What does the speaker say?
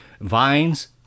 vines